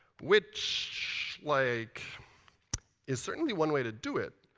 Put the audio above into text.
which, like is certainly one way to do it.